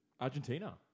Argentina